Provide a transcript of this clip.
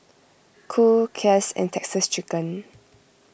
Cool Kiehl's and Texas Chicken